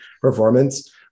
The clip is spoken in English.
performance